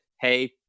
hey